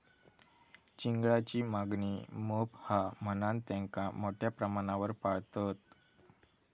चिंगळांची मागणी मोप हा म्हणान तेंका मोठ्या प्रमाणावर पाळतत